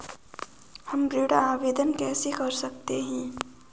हम ऋण आवेदन कैसे कर सकते हैं?